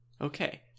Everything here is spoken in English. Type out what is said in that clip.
Okay